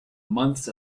months